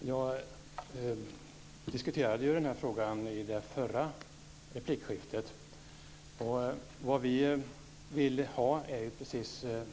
Herr talman! Jag diskuterade den här frågan i det förra replikskiftet. Vi vill